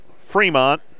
Fremont